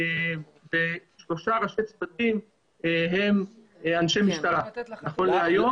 שלושה ראשי צוותים הם אנשי משטרה, נכון להיום.